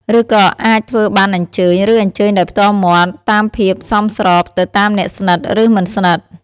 ឬក៏អាចធ្វើប័ណ្ណអញ្ជើញ ឬអញ្ជើញដោយផ្ទាល់មាត់ តាមភាពសមស្រប ទៅតាមអ្នកស្និត ឬមិនស្និត។